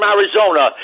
Arizona